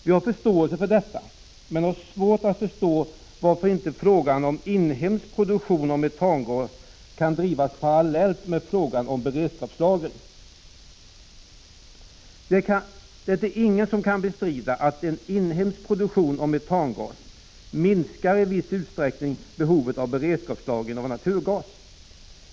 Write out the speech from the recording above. Vi har förståelse för detta men har svårt att inse varför inte frågan om inhemsk produktion av metangas kan drivas parallellt med frågan om beredskapslagring. Ingen kan bestrida att en inhemsk produktion av metangas i viss utsträckning minskar behovet av beredskapslagring av naturgas.